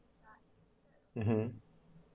mmhmm